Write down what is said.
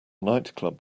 nightclub